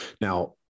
Now